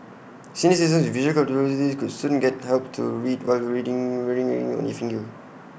senior citizens with visual disabilities could soon get help to read while reading wearing A ring on their finger